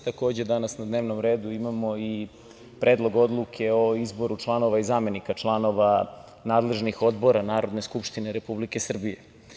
Takođe, danas na dnevnom redu imamo i Predlog odluke o izboru članova i zamenika članova nadležnih odbora Narodne skupštine Republike Srbije.